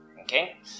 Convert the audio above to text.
okay